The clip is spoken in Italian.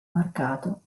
marcato